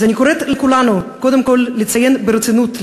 אז אני קוראת לכולנו קודם כול לציין ברצינות,